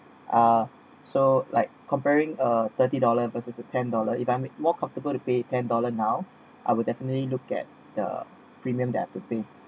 uh so like comparing a thirty dollar plus is a ten dollar if I'm more comfortable to pay ten dollar now I'll definitely look at the premium that I've to pay